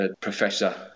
Professor